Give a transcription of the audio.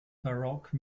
baroque